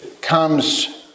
comes